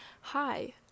hi